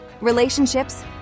relationships